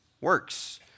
Works